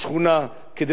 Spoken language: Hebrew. כדי להציל עם,